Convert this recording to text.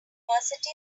university